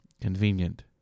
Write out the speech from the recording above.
Convenient